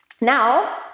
Now